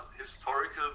historical